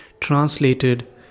translated